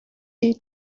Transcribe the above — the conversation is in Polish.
jej